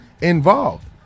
involved